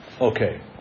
Okay